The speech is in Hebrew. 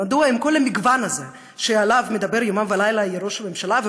עם כל המגוון הזה שעליו מדבר יומם ולילה ראש הממשלה,